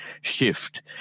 shift